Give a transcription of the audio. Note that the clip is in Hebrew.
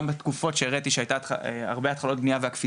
גם בתקופות שהראיתי שהיו בהן הרבה התחלות בניה והייתה בהן קפיצה,